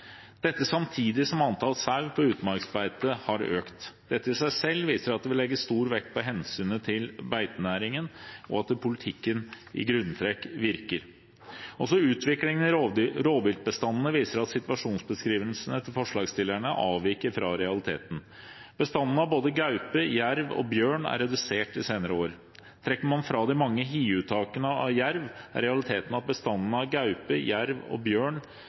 dette samtidig som antall sau på utmarksbeite har økt. Dette i seg selv viser at vi legger stor vekt på hensynet til beitenæringene, og at politikken i grunntrekk virker. Også utviklingen i rovviltbestandene viser at situasjonsbeskrivelsen til forslagsstillerne avviker fra realiteten. Bestandene av både gaupe, jerv og bjørn er redusert de senere år. Trekker man fra de mange hiuttakene av jerv, er realiteten at bestandene av gaupe, jerv og bjørn